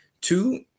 Two